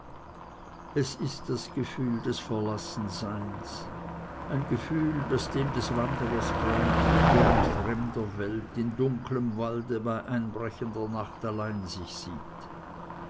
es ist das gefühl des verlassenseins ein gefühl das dem des wanderers gleicht der in fremder welt in dunklem walde bei einbrechender nacht allein sich sieht